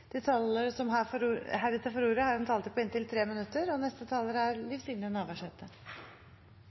De talere som heretter får ordet, har også en taletid på inntil 3 minutter. Dette er